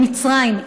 מצרים,